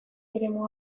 eremu